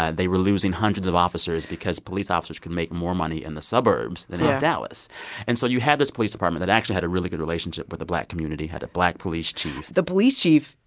ah they were losing hundreds of officers because police officers could make more money in the suburbs than dallas yeah and so you had this police department that actually had a really good relationship with the black community, had a black police chief the police chief,